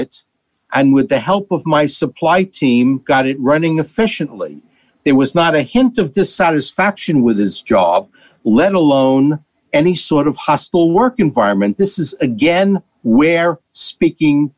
it and with the help of my supply team got it running efficiently there was not a hint of dissatisfaction with his job let alone any sort of hostile work environment this is again where speaking